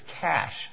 cash